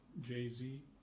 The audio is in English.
Jay-Z